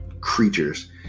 creatures